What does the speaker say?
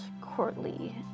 courtly